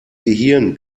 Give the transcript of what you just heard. gehirn